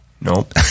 Nope